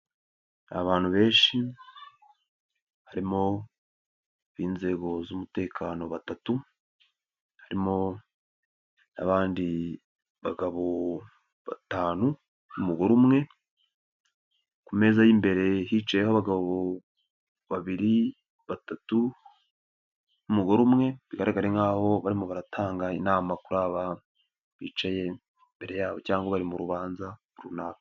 Abantu benshi harimo ab'inzego z'umutekano batatu, harimo n'abandi bagabo batanu n'umugore umwe, ku meza y'imbere hicayeho abagabo babiri batatu n'umugore umwe bigaraga nkaho barimo baratanga inama kuri aba bantu bicaye imbere yabo cyangwa bari mu rubanza runaka.